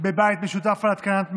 בבית משותף על התקנת מעלית,